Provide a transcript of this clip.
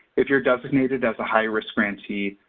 if you're designated as a high-risk grantee,